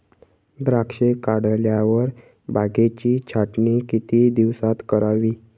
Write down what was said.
द्राक्षे काढल्यावर बागेची छाटणी किती दिवसात करावी?